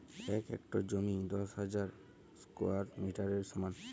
এক হেক্টর জমি দশ হাজার স্কোয়ার মিটারের সমান